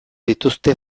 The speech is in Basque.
dituzte